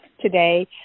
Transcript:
today